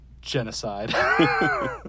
genocide